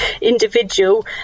individual